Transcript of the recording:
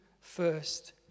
first